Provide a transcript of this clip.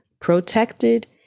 protected